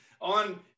on